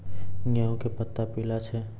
गेहूँ के पत्ता पीला छै?